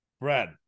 Brad